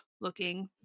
looking